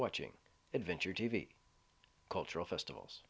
watching adventure t v cultural festivals